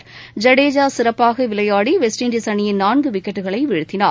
ஐடேஜா சிறப்பாக விளையாடி West Indies அணியின் நான்கு விக்கெட்களை வீழ்த்தினார்